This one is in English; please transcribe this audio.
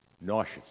Nauseous